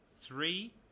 three